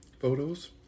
photos